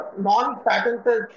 non-patented